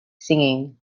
singing